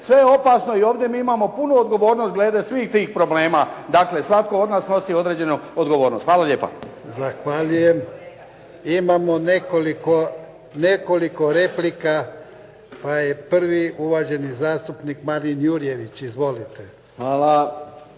Sve je opasno i ovdje mi imamo punu odgovornost glede svih tih problema. Dakle, svatko od nas nosi određenu odgovornost. Hvala lijepa. **Jarnjak, Ivan (HDZ)** Zahvaljujem. Imamo nekoliko replika, pa je prvi uvaženi zastupnik Marin Jurjević. Izvolite.